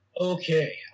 Okay